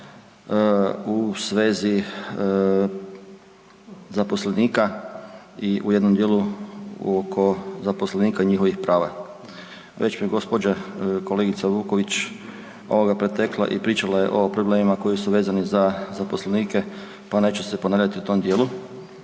u svezi zaposlenika i u jednom dijelu oko zaposlenika i njihovih prava. Već me je gospođa kolegica Vuković ovoga pretekla i pričala je o problemima koji su vezani za zaposlenike pa neću se ponavljati u tom dijelu.